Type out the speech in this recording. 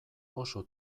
oso